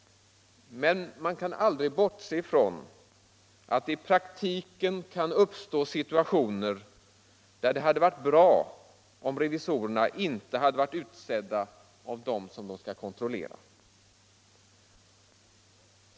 Men man kan aldrig bortse ifrån att det i praktiken kan uppstå situationer där det hade varit bra om revisorerna inte hade varit utsedda av dem som de skall kontrollera.